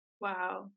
Wow